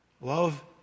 Love